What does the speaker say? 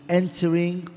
entering